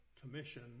Commission